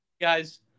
guys